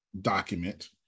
document